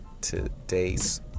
today's